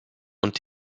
und